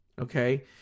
Okay